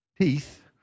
teeth